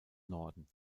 norden